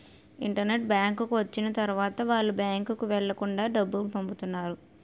internet bank వచ్చిన తర్వాత వాళ్ళు బ్యాంకుకు వెళ్లకుండా డబ్బులు పంపిత్తన్నారు